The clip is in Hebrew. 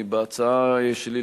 בהצעה שלי,